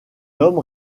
homme